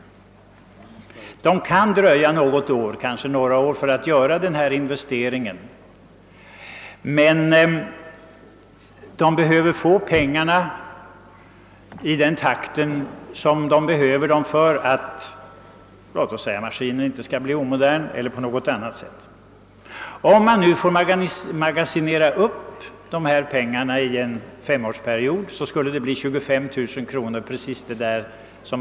Ett företag kan visserligen dröja något år, kanske några år, med att göra investeringen, men det är nödvändigt för företaget att få in pengarna i en viss takt; maskinen kanske annars blir omodern. Om pengarna i stället fick magasineras upp under en femårsperiod, skulle företaget får ut 25 000 kronor, d. v. s. precis vad maskinen kostar.